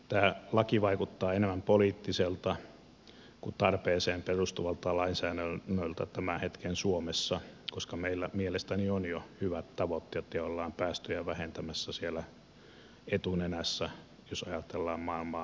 tämä laki vaikuttaa enemmän poliittiselta kuin tarpeeseen perustuvalta lainsäädännöltä tämän hetken suomessa koska meillä mielestäni on jo hyvät tavoitteet ja ollaan päästöjä vähentämässä siellä etunenässä jos ajatellaan maailmaa